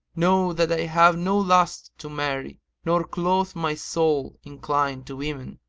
know that i have no lust to marry nor cloth my soul incline to women